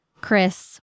Chris